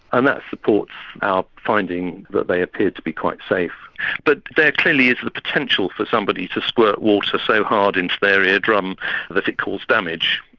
and that supports our finding that they appear to be quite safe but there clearly is the potential for somebody to squirt water so hard into their eardrum that it causes damage.